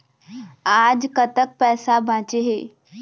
आज कतक पैसा बांचे हे?